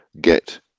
get